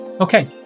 Okay